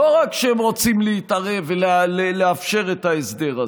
לא רק שהם רוצים להתערב ולאפשר את ההסדר הזה,